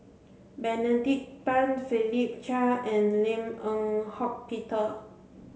Benedict Tan Philip Chia and Lim Eng Hock Peter